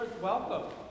Welcome